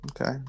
Okay